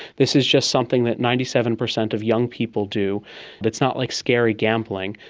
this is just something that ninety seven percent of young people do that's not like scary gambling,